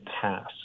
pass